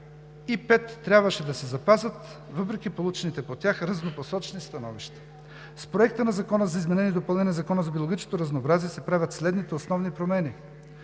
пет трябваше да се запазят въпреки получените по тях разнопосочни становища. С Проекта на Закона за изменение и допълнение на Закона за биологичното разнообразие се правят следните основни промени: